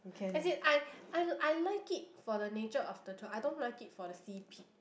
as in I I I like it for the nature of the job I don't like it for the C_P